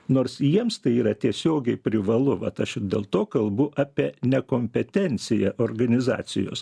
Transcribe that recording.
nors jiems tai yra tiesiogiai privalu vat aš dėl to kalbu apie nekompetenciją organizacijos